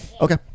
okay